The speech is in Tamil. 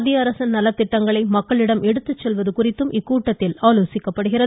மத்திய அரசின் நலத்திட்டங்களை மக்களிடம் எடுத்து செல்வது குறித்தும் இக்கூட்டத்தில் ஆலோசிக்கப்படுகிறது